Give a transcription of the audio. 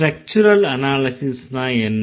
structural அனாலிஸிஸ்ன்னா என்ன